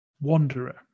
wanderer